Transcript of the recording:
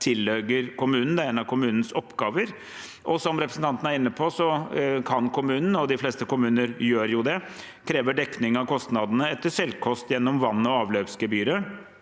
tilligger kommunen. Det er en av kommunens oppgaver. Som representanten er inne på, kan kommunen – og de fleste kommuner gjør det – kreve dekning av kostnadene etter selvkost gjennom vann- og avløpsgebyret.